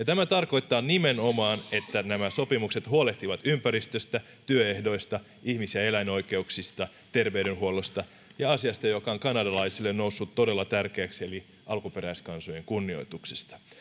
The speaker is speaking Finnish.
tämä tarkoittaa nimenomaan että nämä sopimukset huolehtivat ympäristöstä työehdoista ihmis ja eläinoikeuksista terveydenhuollosta ja asiasta joka on kanadalaisille noussut todella tärkeäksi eli alkuperäiskansojen kunnioituksesta